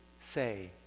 say